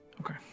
Okay